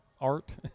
art